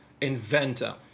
inventor